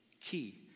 key